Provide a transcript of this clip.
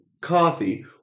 coffee